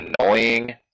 annoying